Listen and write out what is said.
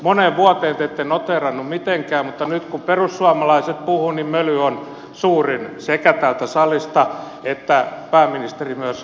moneen vuoteen te ette noteerannut mitenkään mutta nyt kun perussuomalaiset puhuvat niin sekä täältä salista möly on suurin että pääministeri myös reagoi